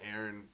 Aaron